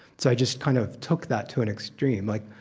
so i just kind of took that to an extreme. like,